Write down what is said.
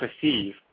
perceive